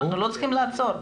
אנחנו לא צריכים לעצור.